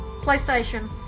PlayStation